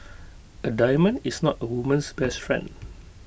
A diamond is not A woman's best friend